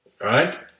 right